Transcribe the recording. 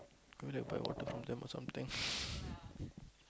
go and buy water from them or something